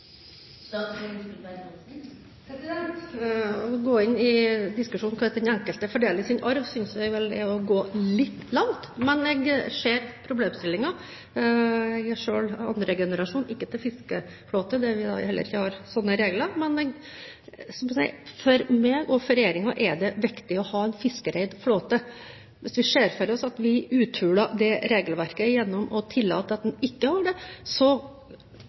Å gå inn i diskusjon om hvordan den enkelte fordeler sin arv, synes jeg vel er å gå litt langt, men jeg ser problemstillingen. Jeg er selv andre generasjon – ikke til en fiskeflåte, så vi har ikke sånne regler. For meg og for regjeringen er det viktig å ha en fiskereid flåte. Hvis vi uthuler det regelverket gjennom å tillate at en ikke har det,